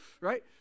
Right